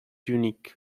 unique